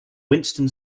winston